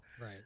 Right